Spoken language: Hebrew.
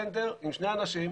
טנדר עם שני אנשים,